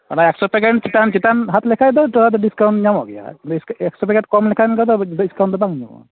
ᱚᱱᱟ ᱟᱴᱥᱚ ᱯᱮᱠᱮᱴ ᱪᱮᱛᱟᱱ ᱪᱮᱛᱟᱱ ᱦᱟᱛ ᱞᱮᱠᱷᱟᱱ ᱫᱚ ᱛᱷᱚᱲᱟ ᱫᱚ ᱰᱤᱥᱠᱟᱣᱩᱱᱴ ᱫᱚ ᱧᱟᱢᱚᱜ ᱜᱮᱭᱟ ᱟᱨᱠᱤ ᱵᱮᱥ ᱮᱠᱥᱚ ᱯᱮᱠᱮᱴ ᱠᱚᱢ ᱞᱮᱠᱷᱟᱱ ᱜᱮ ᱰᱤᱥᱠᱟᱣᱩᱱᱴ ᱫᱚ ᱵᱟᱝ ᱧᱟᱢᱚᱜᱼᱟ